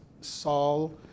Saul